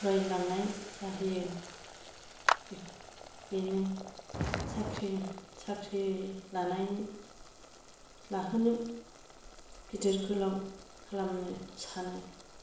फरयलांनाय जाहैयो बेनो साख्रि साख्रि लानायनि लाहोनो गिदिर गोलाव खालामनो सानो